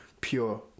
pure